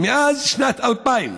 מאז שנת 2000,